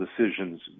decisions